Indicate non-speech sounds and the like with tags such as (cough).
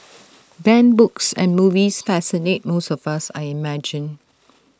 (noise) banned books and movies fascinate most of us I imagine